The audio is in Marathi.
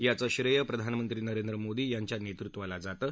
याचं श्रेय प्रधानमंत्री नरेंद्र मोदी यांच्या नेतृत्वाला जातं